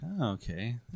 okay